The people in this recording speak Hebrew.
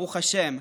ברוך השם,